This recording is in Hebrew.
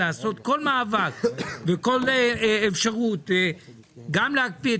לעשות כל מאבק וכל אפשרות גם להקפיא את